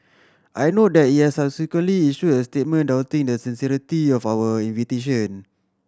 I note that it issued a statement doubting the sincerity of our invitation